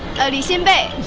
simbay,